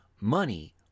Money